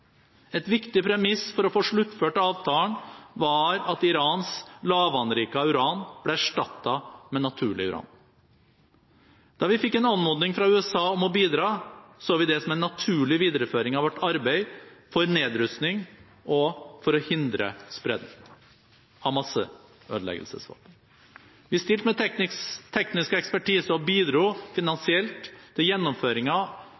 Et viktig premiss for å få sluttført avtalen var at Irans lavanrikede uran ble erstattet med naturlig uran. Da vi fikk en anmodning fra USA om å bidra, så vi det som en naturlig videreføring av vårt arbeid for nedrustning og for å hindre spredning av masseødeleggelsesvåpen. Vi stilte med teknisk ekspertise og bidro